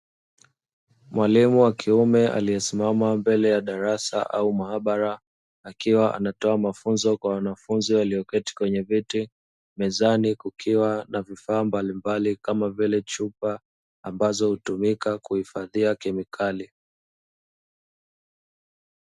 Mwalimu wa kiume alisimama mbele ya darasa au maabara, akiwa anatoa mafunzo kwa wanafunzi walioketi kwenye viti. Mezani kukiwa na vifaa mbalimbali kama vile chupa, ambazo hutumika kuhifadhia kemikali.